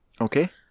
Okay